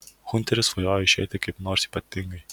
hunteris svajojo išeiti kaip nors ypatingai